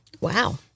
Wow